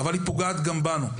אבל היא פוגעת גם בנו.